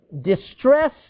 Distress